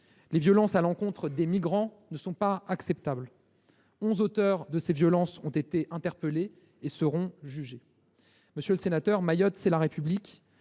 les violences à l’encontre des migrants ne sont pas acceptables. Onze auteurs de violences ont été interpellés et seront jugés. Monsieur le sénateur, Mayotte, c’est la République.